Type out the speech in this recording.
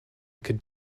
could